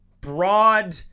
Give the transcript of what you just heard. broad